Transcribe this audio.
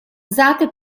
usate